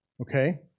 Okay